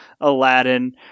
Aladdin